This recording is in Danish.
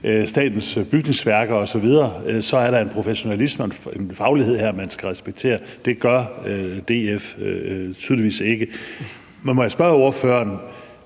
statens bygningsværker osv., så er der en professionalisme og en faglighed her, man skal respektere. Det gør DF tydeligvis ikke. Men må jeg spørge ordføreren